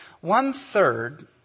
One-third